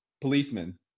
policeman